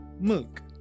milk